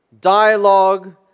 dialogue